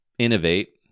innovate